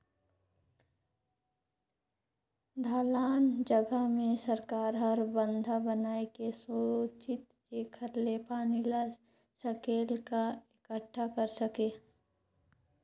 ढलान जघा मे सरकार हर बंधा बनाए के सेचित जेखर ले पानी ल सकेल क एकटठा कर सके